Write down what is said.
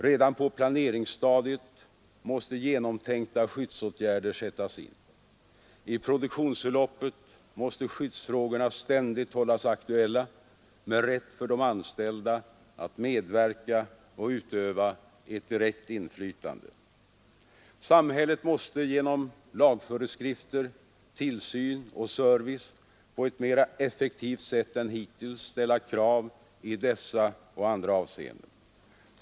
Redan på planeringsstadiet måste genomtänkta skyddsåtgärder sättas in. I produktionsförloppet måste skyddsfrågorna ständigt hållas aktuella med rätt för de anställda att medverka och utöva ett direkt inflytande. Samhället måste genom lagföreskrifter, tillsyn och service på ett mera effektivt sätt än hittills ställa krav i dessa och andra avseenden.